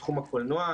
לתחום הקולנוע.